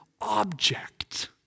object